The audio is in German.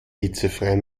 hitzefrei